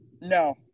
No